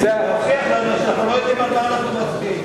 להוכיח לנו שאנחנו לא יודעים על מה אנחנו מצביעים.